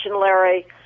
Larry